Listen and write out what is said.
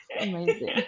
Amazing